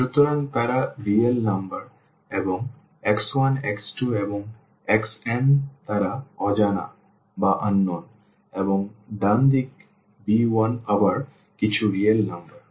সুতরাং তারা real number এবং x1 x2 এবং xn তারা অজানা এবং ডান দিক b1 আবার কিছু রিয়েল নম্বর